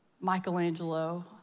Michelangelo